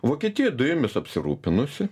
vokietija dujomis apsirūpinusi